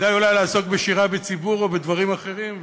כדאי אולי לעסוק בשירה בציבור או בדברים אחרים,